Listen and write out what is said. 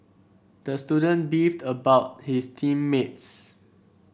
the student beefed about his team mates